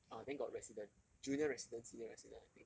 ah then got resident junior residency then resident I think